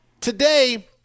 Today